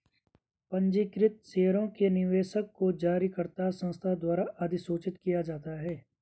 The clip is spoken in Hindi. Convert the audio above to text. पंजीकृत शेयरों के निवेशक को जारीकर्ता संस्था द्वारा अधिसूचित किया जाता है